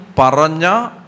paranya